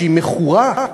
שהיא מכורה.